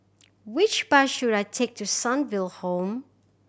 which bus should I take to Sunnyville Home